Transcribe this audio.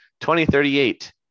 2038